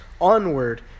onward